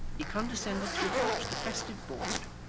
he condescended to approach the festive board,